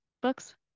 books